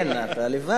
כן, אתה לבד.